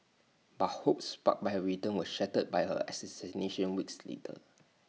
but hopes sparked by her return were shattered by her assassination weeks later